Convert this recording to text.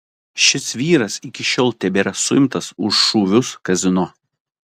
šis vyras iki šiol tebėra suimtas už šūvius kazino